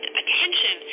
attention